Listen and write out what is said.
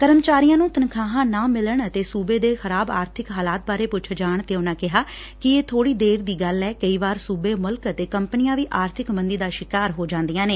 ਕਰਮਚਾਰੀਆਂ ਨੂੰ ਤਨਖਾਹਾਂ ਨਾ ਮਿਲਣ ਅਤੇ ਸੂਬੇ ਦੇ ਖੁਰਾਬ ਆਰਥਿਕ ਹਾਲਾਤ ਬਾਰੇ ਪੁੱਛੇ ਜਾਣ ਤੇ ਉਨ੍ਹਾਂ ਕਿਹਾ ਕਿ ਇਹ ਥੋੜੀ ਦੇਰ ਦੀ ਗੱਲ ਐ ਕਈ ਵਾਰ ਸੂਬੇ ਮੁਲਕ ਤੇ ਕੰਪਨੀਆਂ ਵੀ ਆਰਥਿਕ ਮੰਦੀ ਦਾ ਸ਼ਿਕਾਰ ਹੋ ਜਾਂਦੀਆਂ ਨੇ